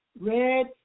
red